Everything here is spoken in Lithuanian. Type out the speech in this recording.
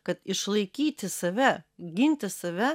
kad išlaikyti save ginti save